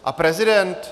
A prezident?